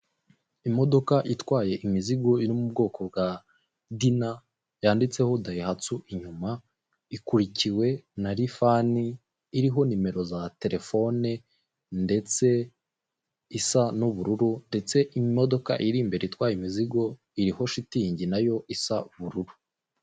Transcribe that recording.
Imodoka itwaye imizigo iri mu bwoko bwa dina yanditseho dayihatsu inyuma ikurikiwe na lifani iriho nimero za telefone ndetse isa n'ubururu ndetse imodoka iri imbere itwaye imizigo iriho shitingi nayo isa ubururu.